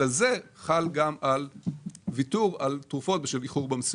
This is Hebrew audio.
אלא זה חל גם על ויתור על תרופות בשל איחור במסירה.